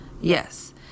yes